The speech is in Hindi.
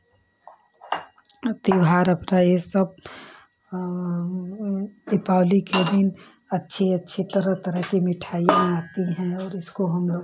त्योहार अपना यह सब दीपावली के दिन अच्छी अच्छी तरह तरह की मिठाइयाँ आती हैं और इसको हम लोग